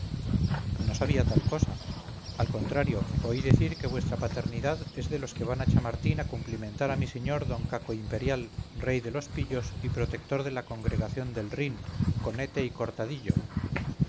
no sabía tal cosa al contrario oí decir que vuestra paternidad es de los que van a chamartín a cumplimentar a mi señor d caco imperial rey de los pillos y protector de la congregación del rin conete y cortadillo